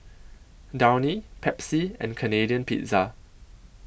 Downy Pepsi and Canadian Pizza